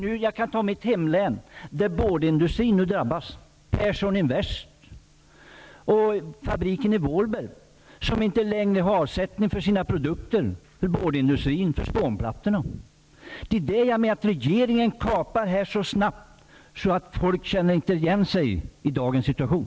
Låt mig som exempel ta mitt hemlän, där boardindustrin nu drabbas -- Persson-Invest och fabriken i Vårberg, som inte längre har avsättning för sina produkter, för spånplattorna. Regeringen kapar här så snabbt att folk inte känner igen sig i dagens situation.